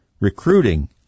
recruiting